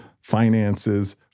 finances